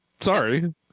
Sorry